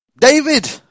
David